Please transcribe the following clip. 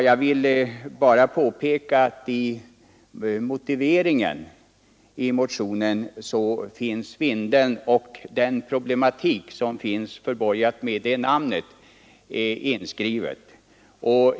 Jag vill bara påpeka att Vindeln och den problematik som är förknippad med det namnet tas upp i motionens motivering.